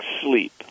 sleep